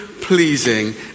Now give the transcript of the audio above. pleasing